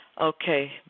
Okay